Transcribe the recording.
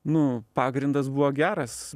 nu pagrindas buvo geras